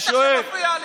בטח שמפריע לי.